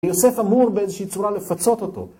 יוסף אמור באיזושהי צורה לפצות אותו